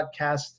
podcast